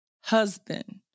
husband